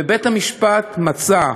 ובית-המשפט מצא,